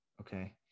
okay